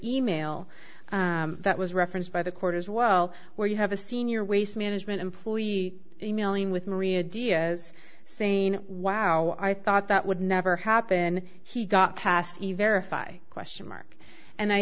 e mail that was referenced by the court as well where you have a senior waste management employee e mailing with maria diaz saying wow i thought that would never happen he got past if i question mark and i